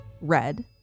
red